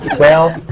well,